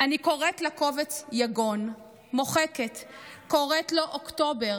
"אני קוראת לקובץ 'יגון' / מוחקת / קוראת לו 'אוקטובר'